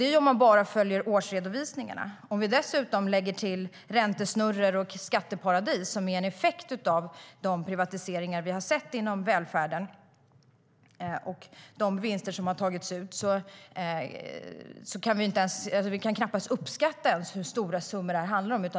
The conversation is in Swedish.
Det här framgår av årsredovisningarna.